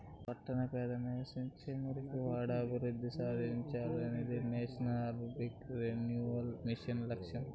పట్టణ పేదలు నివసించే మురికివాడలు అభివృద్ధి సాధించాలనేదే నేషనల్ అర్బన్ రెన్యువల్ మిషన్ లక్ష్యం